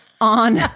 On